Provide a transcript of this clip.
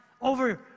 over